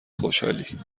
خوشحالییییی